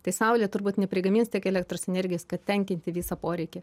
tai saulė turbūt neprigamins tiek elektros energijos kad tenkinti visą poreikį